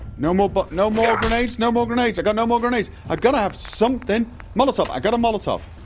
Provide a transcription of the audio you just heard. no more b but no more grenades, no more grenades! i got no more grenades i've got to have something molotov, i've got a molotov